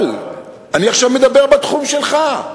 אבל אני עכשיו מדבר בתחום שלך.